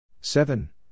seven